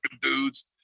dudes